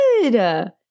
Good